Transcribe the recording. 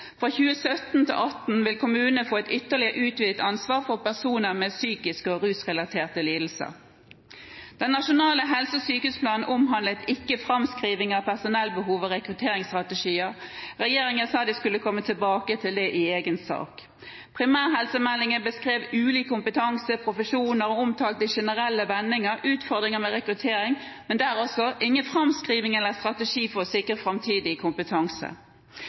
Fra 2017 til 2018 vil kommunene få et ytterligere utvidet ansvar for personer med psykiske og rusrelaterte lidelser. Den nasjonale helse- og sykehusplanen omhandlet ikke framskriving av personellbehov og rekrutteringsstrategier. Regjeringen sa de skulle komme tilbake til det i egen sak. Primærhelsemeldingen beskrev ulik kompetanse, profesjoner og omtalte i generelle vendinger utfordringer med rekruttering, men der også – ingen framskriving eller strategi for å sikre framtidig kompetanse.